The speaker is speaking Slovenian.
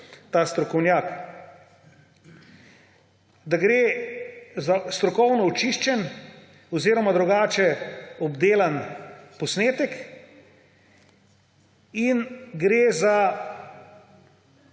ta strokovnjak: da gre za strokovno očiščen oziroma drugače obdelan posnetek in gre za